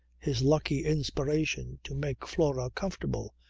his lucky inspiration to make flora comfortable.